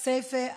כסייפה,